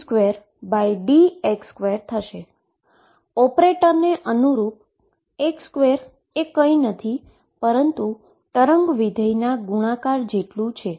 operate ને અનુરૂપ x2 એ બીજુ કઈ નથી પરંતુ વેવ ફંક્શનના ગુણાકાર જેટલું છે